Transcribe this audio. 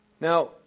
Now